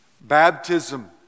baptism